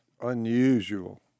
unusual